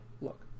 look